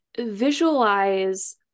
visualize